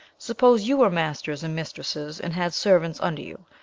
suppose you were masters and mistresses, and had servants under you,